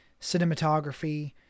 cinematography